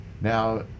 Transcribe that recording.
Now